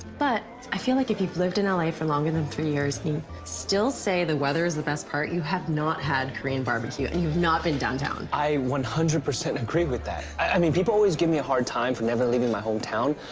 but i feel like if you've lived in l a. for longer than three years, and you still say the weather's the best part, you have not had korean barbecue, and you've not been downtown. i one hundred percent agree with that. i mean, people always give me a hard time for never leaving my hometown,